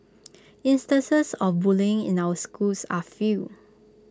instances of bullying in our schools are few